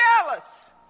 jealous